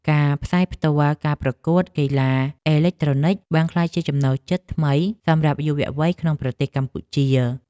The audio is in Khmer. ការផ្សាយផ្ទាល់ការប្រកួតកីឡាអេឡិចត្រូនិកបានក្លាយជាចំណូលចិត្តថ្មីសម្រាប់យុវវ័យក្នុងប្រទេសកម្ពុជា។